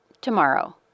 tomorrow